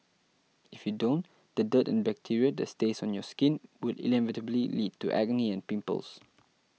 if you don't the dirt and bacteria that stays on your skin will inevitably lead to acne and pimples